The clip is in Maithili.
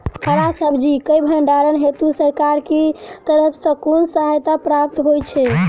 हरा सब्जी केँ भण्डारण हेतु सरकार की तरफ सँ कुन सहायता प्राप्त होइ छै?